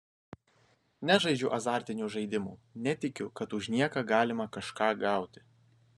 nežaidžiu azartinių žaidimų netikiu kad už nieką galima kažką gauti